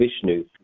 Vishnu